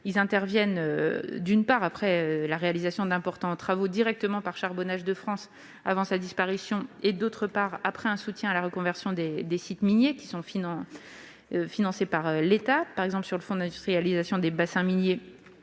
an interviennent, d'une part, après la réalisation d'importants travaux directement par Charbonnages de France avant sa disparition et, d'autre part, après un soutien à la reconversion des sites miniers financé par l'État, par exemple sur le fonds d'industrialisation des bassins miniers,